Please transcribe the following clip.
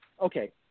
Okay